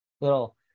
little